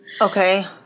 Okay